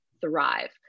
thrive